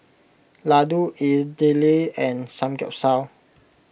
Ladoo Idili and Samgeyopsal